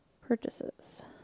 purchases